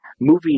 movies